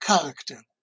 character